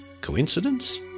Coincidence